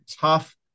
tough